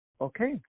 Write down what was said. Okay